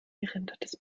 gerendertes